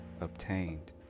obtained